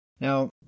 Now